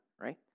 right